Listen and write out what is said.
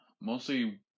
mostly